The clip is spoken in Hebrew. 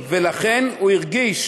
ולכן הוא הרגיש